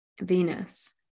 Venus